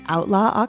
Outlaw